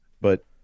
But-